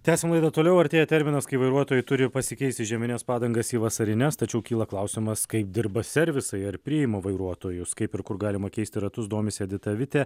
tęsiam laidą toliau artėja terminas kai vairuotojai turi pasikeisti žiemines padangas į vasarines tačiau kyla klausimas kaip dirba servisai ar priima vairuotojus kaip ir kur galima keisti ratus domisi edita vitė